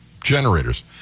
generators